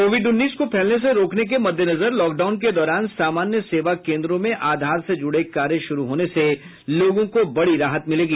Covid उन्नीस को फैलने से रोकने के मद्देनजर लॉकडाउन के दौरान सामान्य सेवा केंद्रों में आधार से जुडे कार्य शुरू होने से लोगों को बड़ी राहत मिलेगी